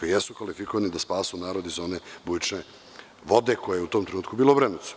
koji jesu kvalifikovani da spasu narod iz bujične vode koja je u tom trenutku bila u Obrenovcu.